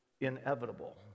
inevitable